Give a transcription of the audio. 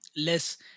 Less